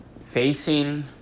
facing